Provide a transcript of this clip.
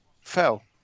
fell